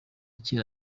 kera